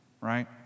right